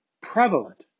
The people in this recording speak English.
prevalent